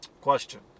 question